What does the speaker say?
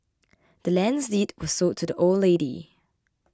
the land's deed was sold to the old lady